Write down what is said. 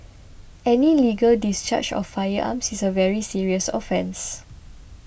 any illegal discharge of firearms is a very serious offence